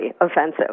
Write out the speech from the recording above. offensive